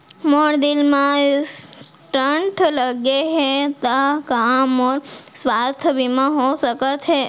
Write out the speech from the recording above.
मोर दिल मा स्टन्ट लगे हे ता का मोर स्वास्थ बीमा हो सकत हे?